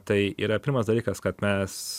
tai yra pirmas dalykas kad mes